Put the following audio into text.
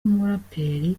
umuraperi